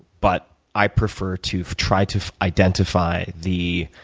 but i'd prefer to try to identify the,